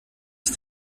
ist